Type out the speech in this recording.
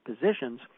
positions